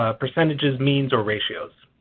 ah percentages, means, or ratios.